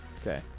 okay